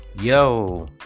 Yo